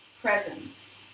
presence